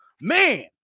man